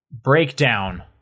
breakdown